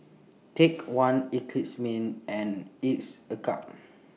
Take one Eclipse Mints and A Cup